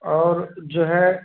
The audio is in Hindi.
और जो है